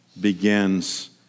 begins